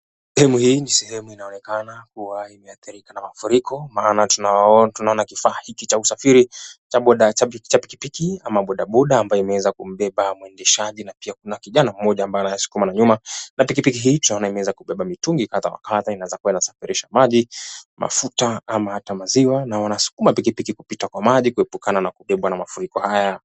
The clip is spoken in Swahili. Sehemu hii ni sehemu inaonekana kuwa imeathirika na mafuriko. Maana tunaona kifaa hiki cha usafiri cha pikipiki ama boda boda ambayo imeweza kumbeba mwendeshaji. Na pia kuna kijana mmoja ambaye anayesukuma na nyuma na pikipiki hii tunaona imeweza kubeba mitungi kadha wa kadha, inaweza kuwa inasafirisha maji, mafuta ama hata maziwa. Na wanasukuma pikipiki kupita kwa maji kuepukana na kubebwa na mafuriko haya.